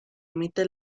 emite